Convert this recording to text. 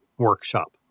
Workshop